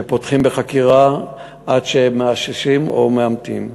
ופותחים בחקירה עד שמאששים או מאמתים.